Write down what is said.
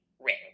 ring